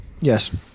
Yes